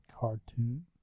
cartoon